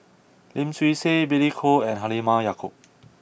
Lim Swee Say Billy Koh and Halimah Yacob